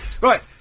Right